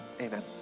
Amen